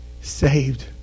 saved